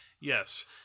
Yes